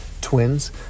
twins